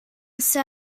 sydd